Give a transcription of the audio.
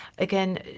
Again